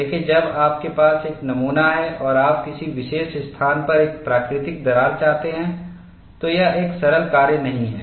देखें जब आपके पास एक नमूना है और आप किसी विशेष स्थान पर एक प्राकृतिक दरार चाहते हैं तो यह एक सरल कार्य नहीं है